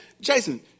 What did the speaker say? Jason